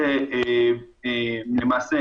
שלמעשה,